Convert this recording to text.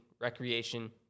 recreation